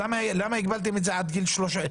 למה הגבלתם את זה עד גיל 12?